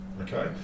okay